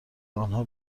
آنها